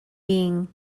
being